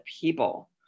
people